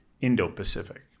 Indo-Pacific